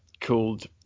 called